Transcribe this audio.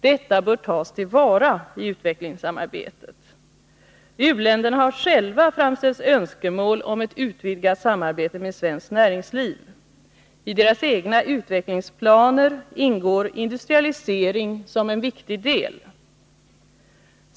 Detta bör tas till vara i utvecklingssamarbetet. U-länderna har själva framställt önskemål om ett utvidgat samarbete med svenskt näringsliv. I deras egna utvecklingsplaner ingår industrialisering som en viktig del.